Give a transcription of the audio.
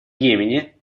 йемене